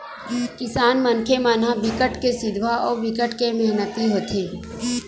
किसान मनखे मन ह बिकट के सिधवा अउ बिकट मेहनती होथे